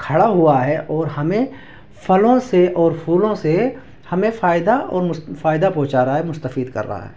کھڑا ہوا ہے اور ہمیں پھلوں سے اور پھولوں سے ہمیں فائدہ اور فائدہ پہنچا رہا ہے مستفید کر رہا ہے